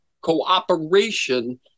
cooperation